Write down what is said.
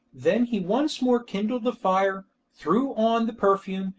then he once more kindled the fire, threw on the perfume,